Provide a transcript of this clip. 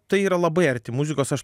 tai yra labai arti muzikos aš